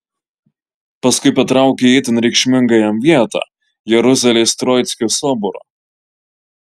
paskui patraukė į itin reikšmingą jam vietą jeruzalės troickio soborą